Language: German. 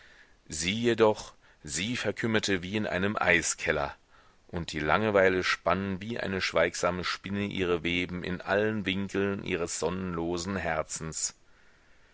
sie jedoch sie verkümmerte wie in einem eiskeller und die langeweile spann wie eine schweigsame spinne ihre weben in allen winkeln ihres sonnelosen herzens